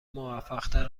موفقتر